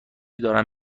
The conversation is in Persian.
دارن